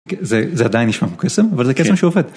זה עדיין נשמע כמו קסם, אבל זה קסם שעובד.